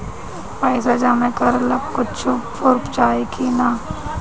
पैसा जमा करे ला कुछु पूर्फ चाहि का?